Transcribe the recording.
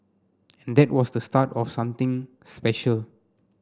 and that was the start of something special